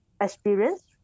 experience